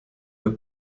der